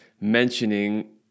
mentioning